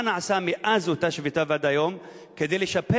מה נעשה מאז אותה שביתה ועד היום כדי לשפר